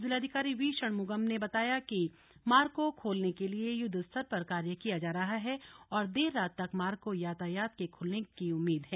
जिलाधिकारी वी षणमुगम ने बताया कि मार्ग को खोलेने के लिए युद्ध स्तर पर कार्य किया जा रहा है और देर रात तक मार्ग को यातायात के लिए खुलने की उम्मीद है